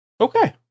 Okay